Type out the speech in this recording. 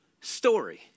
story